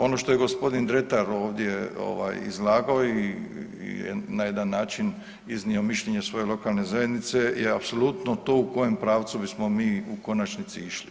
Ono što je g. Dretar ovdje izlagao i na jedan način iznio mišljenje svoje lokalne zajednice je apsolutno tu u kojem pravcu bismo mi u konačnici išli.